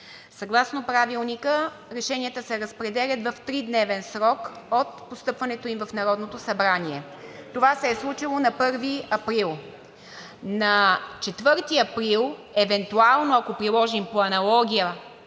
Съгласно Правилника решенията се разпределят в тридневен срок от постъпването им в Народното събрание. Това се е случило на 1 април. На 4 април евентуално, ако приложим по аналогия